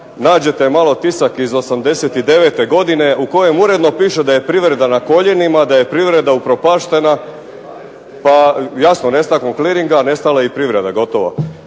nađete malo tisak iz '89. godine u kojem uredno piše da je privreda na koljenima, da je privreda upropaštena. Pa jasno nestankom kliringa nestala je i privreda, gotovo.